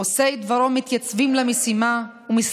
וכן כי ניתן יהיה לאפשר ביקור של אדם